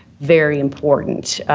very important.